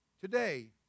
Today